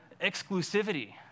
exclusivity